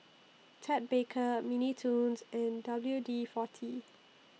Ted Baker Mini Toons and W D forty